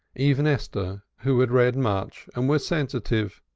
even esther, who had read much, and was sensitive,